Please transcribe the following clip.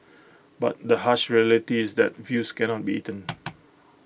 but the harsh reality is that views cannot be eaten